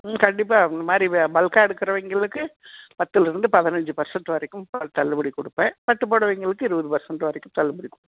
ம் கண்டிப்பாக இந்த மாதிரி பல்க்காக எடுக்கிறவங்களுக்கு பத்தில் இருந்து பதினஞ்சு பெர்சென்ட் வரைக்கும் தள்ளுபடி கொடுப்பன் பட்டு புடவைகளுக்கு இருவது பெர்சென்ட் வரைக்கும் தள்ளுபடி கொடுப்பன்